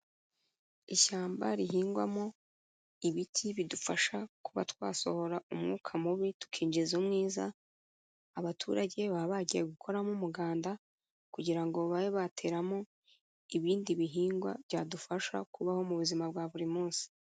Ishyamba rihingwamo ibiti bidufasha kuba twasohora umwuka mubi tukinjiza umwiza, abaturage baba bagiye gukoramo umuganda kugira ngo babe bateramo ibindi bihingwa, byadufasha kubaho mu buzima bwa buri munsi.